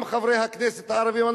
גם חברי הכנסת הערבים,